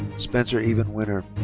spencer evan winer.